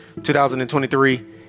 2023